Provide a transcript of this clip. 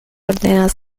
ordenas